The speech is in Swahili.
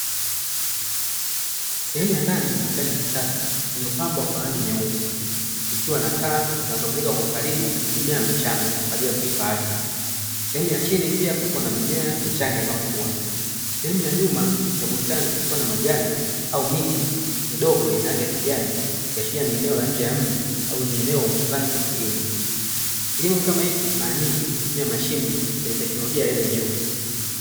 Sehemu ya ndani ya bustani ya kisasa ilipambwa kwa rangi nyeupe ikiwa na taa zinazomulika kwa ukaribu mimea michanga kwa ajili ya kuipa afya, sehemu ya chini pia kuko na mimea michanga inayokua, sehemu ya nyuma ya bustani kuna majani au miti midogo yenye rangi ya kijani ikiashiria ni eneo la nje ya mji au ni eneo hususani kwa kilimo, kilimo kama hiki mara nyingi hutumia mashine zenye teknolojia ya hali ya juu.